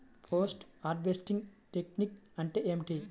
Post harvesting technique అంటే ఏమిటీ?